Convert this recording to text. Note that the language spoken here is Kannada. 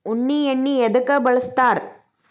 ಉಣ್ಣಿ ಎಣ್ಣಿ ಎದ್ಕ ಬಳಸ್ತಾರ್?